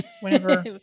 Whenever